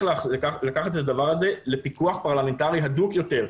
לקחת את הדבר הזה לפיקוח פרלמנטרי הדוק יותר,